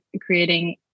creating